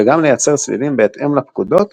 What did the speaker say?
וגם לייצר צלילים בהתאם לפקודות,